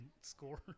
score